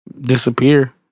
disappear